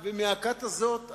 מה שנקרא לעבוד על המערכת.